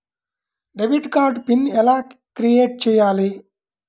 Debit card PIN ఎలా create చెయ్యాలి?